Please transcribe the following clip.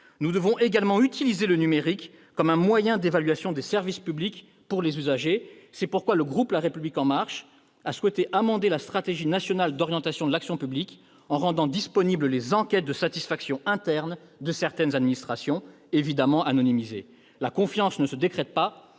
Nous devons également utiliser le numérique comme un moyen d'évaluation des services publics par les usagers. C'est pourquoi le groupe La République en Marche a souhaité amender la stratégie nationale d'orientation de l'action publique en rendant disponibles les enquêtes internes de satisfaction de certaines administrations, en les anonymisant, évidemment. La confiance ne se décrète pas,